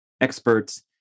experts